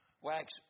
Wax